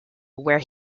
where